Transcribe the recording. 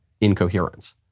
incoherence